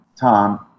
Tom